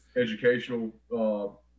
educational